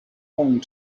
long